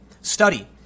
Study